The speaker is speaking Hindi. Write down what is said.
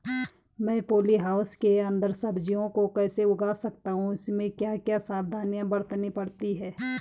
मैं पॉली हाउस के अन्दर सब्जियों को कैसे उगा सकता हूँ इसमें क्या क्या सावधानियाँ बरतनी पड़ती है?